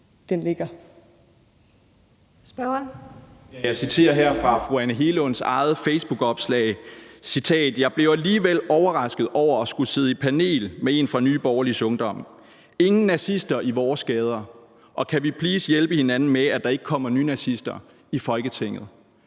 Bjørn (DF): Jeg citerer her fra fru Anne Hegelunds eget facebookopslag: Jeg blev alligevel overrasket over at skulle sidde i panel med en fra Nye Borgerliges Ungdom. Ingen nazister i vores gader, og kan vi please hjælpe hinanden med, at der ikke kommer nynazister i Folketinget.